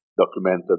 documented